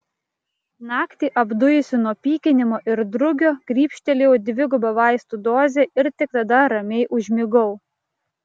naktį apdujusi nuo pykinimo ir drugio grybštelėjau dvigubą vaistų dozę ir tik tada ramiai užmigau